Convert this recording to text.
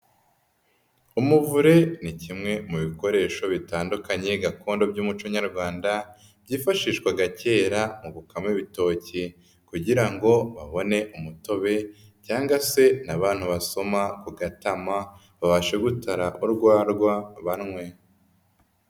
Umuvure ni kimwe mu bikoresho bitandukanye gakondo by'umuco nyarwanda, byifashishwaga kera mu gukama ibitoki kugira ngo babone umutobe cyangwa se n'abantu basoma ku gatama, babashe gutara urwagwa banywe.